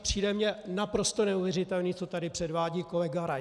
Přijde mi naprosto neuvěřitelné, co tady předvádí kolega Rais.